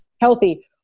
healthy